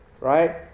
Right